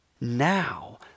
Now